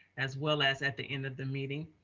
as well as at the end of the meeting,